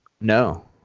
No